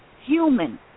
human